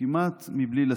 אדוני היושב-ראש,